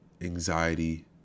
anxiety